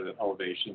elevation